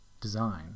design